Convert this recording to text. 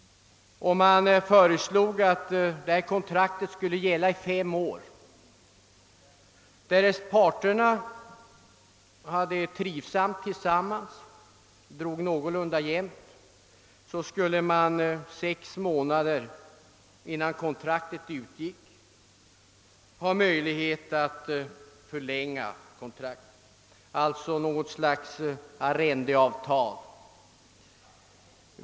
Det föreslogs att detta kontrakt skulle gälla i fem år. Därest parterna hade det trivsamt tillsammans och drog någorlunda jämnt, skulle de sex månader innan kontraktet utgick ha möjlighet att förlänga det; det skulle alltså röra sig om någon sorts arrendeavtal.